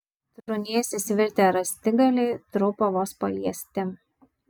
trūnėsiais virtę rąstigaliai trupa vos paliesti